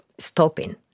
Stopping